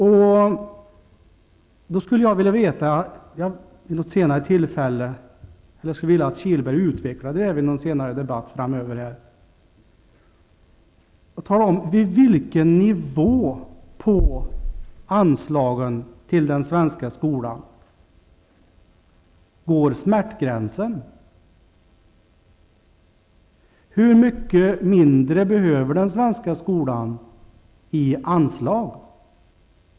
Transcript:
Jag skulle vilja att Stefan Kihlberg vid något senare tillfälle utvecklar det påståendet. Vid vilken nivå på anslagen till den svenska skolan går smärtgränsen? Hur mycket mindre behöver den svenska skolan i anslag?